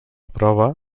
prova